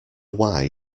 why